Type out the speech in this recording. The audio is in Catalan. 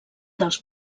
dels